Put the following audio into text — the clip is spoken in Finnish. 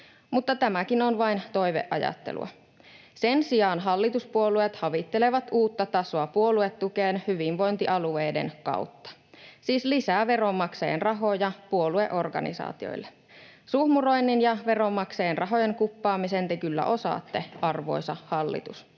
Mutta tämäkin on vain toiveajattelua. Sen sijaan hallituspuolueet havittelevat uutta tasoa puoluetukeen hyvinvointialueiden kautta. Siis lisää veronmaksajien rahoja puolueorganisaatioille. Suhmuroinnin ja veronmaksajien rahojen kuppaamisen te kyllä osaatte, arvoisa hallitus.